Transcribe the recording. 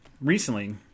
recently